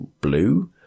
blue